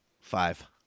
Five